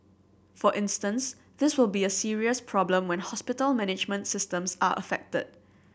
for instance this will be a serious problem when hospital management systems are affected